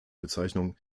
bezeichnung